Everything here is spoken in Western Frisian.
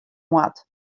moat